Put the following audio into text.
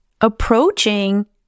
approaching